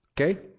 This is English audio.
Okay